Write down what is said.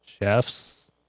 chefs